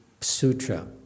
sutra